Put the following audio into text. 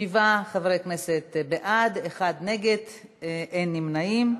שבעה חברי כנסת בעד, אחד נגד, אין נמנעים.